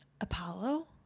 Apollo